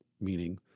meaning